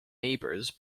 neighbours